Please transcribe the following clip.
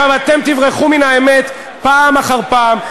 עכשיו, אתם תברחו מן האמת פעם אחר פעם.